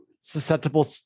susceptible